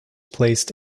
placed